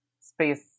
space